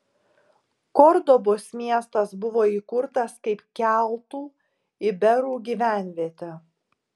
kordobos miestas buvo įkurtas kaip keltų iberų gyvenvietė